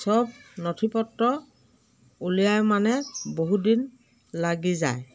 চব নথি পত্ৰ উলিয়াও মানে বহুদিন লাগি যায়